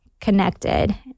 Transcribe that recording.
connected